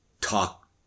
talk